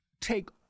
take